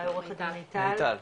אולי מיטל,